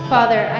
Father